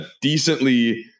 decently